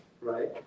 right